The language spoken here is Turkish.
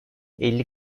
elli